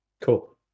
Cool